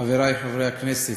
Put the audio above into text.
חברי חברי הכנסת,